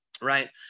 right